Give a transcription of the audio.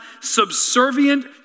subservient